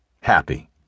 happy